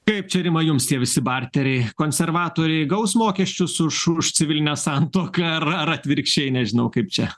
kaip čia rima jums tie visi barteriai konservatoriai gaus mokesčius už už civilinę santuoką ar ar atvirkščiai nežinau kaip čia